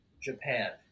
Japan